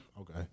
Okay